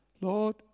Lord